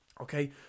Okay